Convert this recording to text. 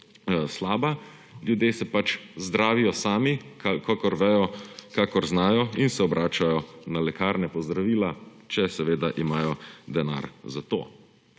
slaba, ljudje se pač zdravijo sami, kakor vejo, kakor znajo in se obračajo na lekarne po zdravila, če seveda imajo denar za to.